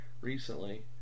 recently